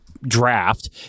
draft